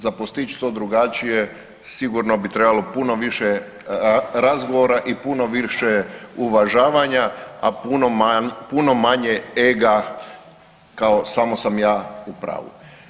Za postići to drugačije sigurno bi trebalo puno više razgovora i puno više uvažavanja, a puno manje ega kao samo sam ja u pravu.